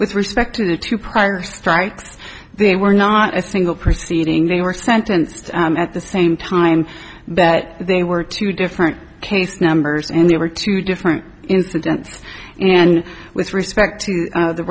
with respect to the two prior strikes they were not a single proceeding they were sentenced at the same time but they were two different case numbers and they were two different incidents and with respect t